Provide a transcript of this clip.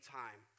time